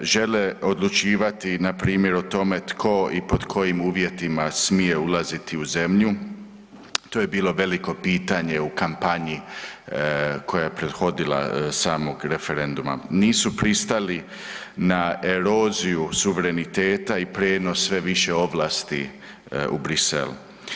Žele odlučivati npr. o tome tko i pod kojim uvjetima smije ulaziti u zemlju, to je bilo veliko pitanje u kampanji koja je prethodila samog referenduma, nisu pristali na eroziju suvereniteta i prijenos sve više ovlasti u Bruxelles.